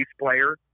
player